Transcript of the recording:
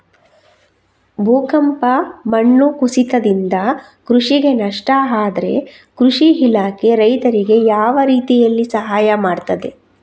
ಭೂಕಂಪ, ಮಣ್ಣು ಕುಸಿತದಿಂದ ಕೃಷಿಗೆ ನಷ್ಟ ಆದ್ರೆ ಕೃಷಿ ಇಲಾಖೆ ರೈತರಿಗೆ ಯಾವ ರೀತಿಯಲ್ಲಿ ಸಹಾಯ ಮಾಡ್ತದೆ?